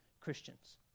Christians